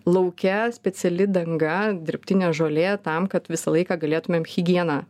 lauke speciali danga dirbtinė žolė tam kad visą laiką galėtumėm higieną